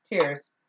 Cheers